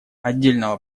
отдельного